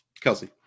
Kelsey